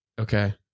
Okay